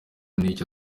n’icyo